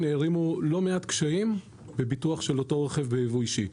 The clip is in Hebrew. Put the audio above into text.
שהערימו לא מעט קשיים בביטוח של רכב בייבוא אישי.